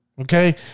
Okay